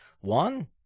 one